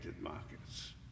markets